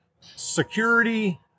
security